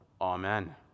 amen